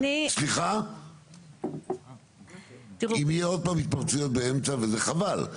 אם יהיה עוד פעם התפרצויות באמצע וזה חבל,